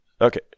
Okay